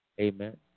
Amen